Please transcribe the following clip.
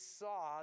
saw